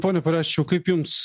pone pareščiau kaip jums